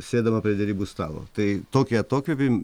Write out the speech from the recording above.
sėdama prie derybų stalo tai tokį atokvėpį